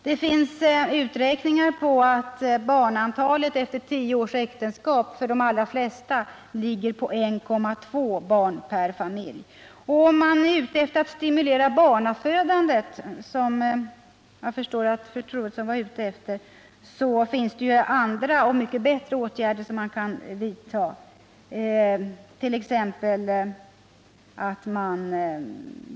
Det finns uträkningar på att barnantalet efter tio års äktenskap för de allra flesta ligger på 1,2 barn per familj. Om man är ute efter att stimulera barnafödandet — som jag förstår att fru Troedsson var — finns det ju andra och mycket bättre åtgärder att vidta. Man kant.ex.